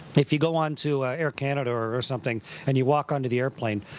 if you go onto air canada or something and you walk onto the airplane,